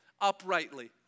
uprightly